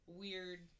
weird